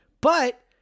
But-